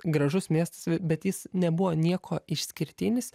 gražus miestas bet jis nebuvo niekuo išskirtinis